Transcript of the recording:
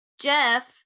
Jeff